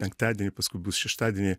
penktadienį paskui bus šeštadienį